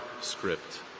script